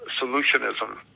solutionism